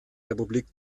republik